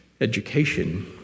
education